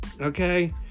okay